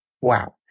Wow